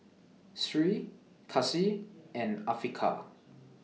Sri Kasih and Afiqah